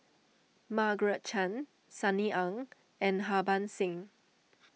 Margaret Chan Sunny Ang and Harbans Singh